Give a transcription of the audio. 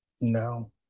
No